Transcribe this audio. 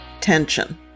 tension